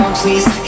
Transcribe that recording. please